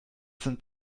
sind